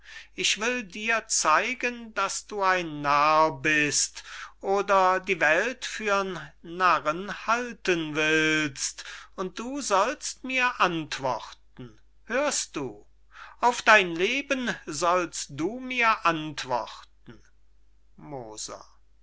ich will dir zeigen daß du ein narr bist oder die welt für'n narren halten willst und du sollst mir antworten hörst du auf dein leben sollst du mir antworten moser